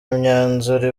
imyanzuro